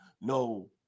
no